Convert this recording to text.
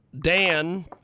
Dan